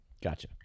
Gotcha